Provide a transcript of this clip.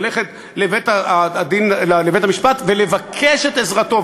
ללכת לבית-המשפט ולבקש את עזרתו.